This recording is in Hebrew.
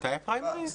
מתי הפריימריס?